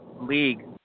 league